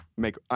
make